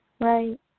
Right